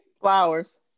Flowers